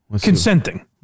Consenting